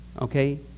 Okay